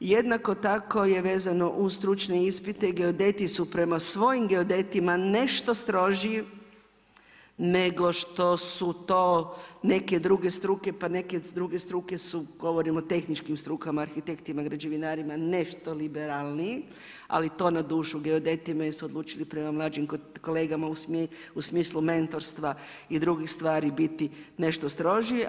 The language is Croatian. Jednako tako je vezano uz stručne ispite i geodeti su prema svojim geodetima nešto strožiji nego što su to neke druge struke, pa neke druge struke su govorim o tehničkim strukama arhitektima, građevinarima nešto liberalniji ali to na dušu geodetima jer su odlučili prema mlađim kolegama u smislu mentorstva i drugih stvari biti nešto strožiji.